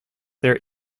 there